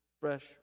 fresh